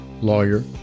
lawyer